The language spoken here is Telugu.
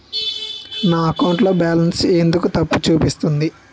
నా అకౌంట్ లో బాలన్స్ ఎందుకు తప్పు చూపిస్తుంది?